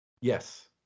Yes